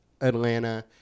Atlanta